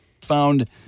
found